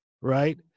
right